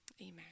Amen